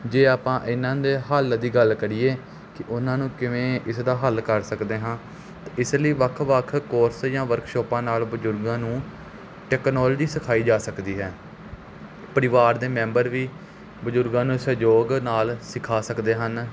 ਜੇ ਆਪਾਂ ਇਹਨਾਂ ਦੇ ਹੱਲ ਦੀ ਗੱਲ ਕਰੀਏ ਕਿ ਉਹਨਾਂ ਨੂੰ ਕਿਵੇਂ ਇਸ ਦਾ ਹੱਲ ਕਰ ਸਕਦੇ ਹਾਂ ਤਾਂ ਇਸ ਲਈ ਵੱਖ ਵੱਖ ਕੋਰਸ ਜਾਂ ਵਰਕਸ਼ਾਪਾਂ ਨਾਲ ਬਜ਼ੁਰਗਾਂ ਨੂੰ ਟੈਕਨੋਲੋਜੀ ਸਿਖਾਈ ਜਾ ਸਕਦੀ ਹੈ ਪਰਿਵਾਰ ਦੇ ਮੈਂਬਰ ਵੀ ਬਜ਼ੁਰਗਾਂ ਨੂੰ ਸਹਿਯੋਗ ਨਾਲ ਸਿਖਾ ਸਕਦੇ ਹਨ